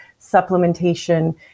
supplementation